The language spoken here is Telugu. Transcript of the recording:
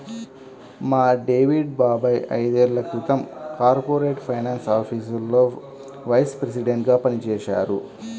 మా డేవిడ్ బాబాయ్ ఐదేళ్ళ క్రితం కార్పొరేట్ ఫైనాన్స్ ఆఫీసులో వైస్ ప్రెసిడెంట్గా పనిజేశారు